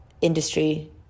industry